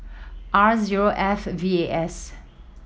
R zero F V A S